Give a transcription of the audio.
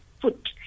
foot